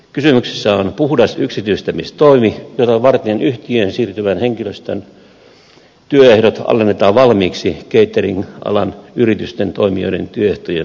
kysymyksessä on puhdas yksityistämistoimi jota varten yhtiöön siirtyvän henkilöstön työehdot alennetaan valmiiksi catering alan yritysten toimijoiden työehtojen tasolle